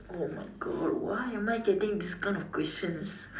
oh my God why am I getting this kind of questions